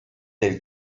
del